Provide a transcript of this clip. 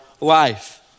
life